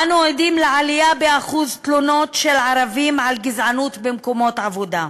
אנו עדים לעלייה באחוז התלונות של ערבים על גזענות במקומות עבודה.